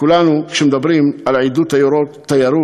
כשכולנו מדברים על עידוד תיירות,